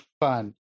fun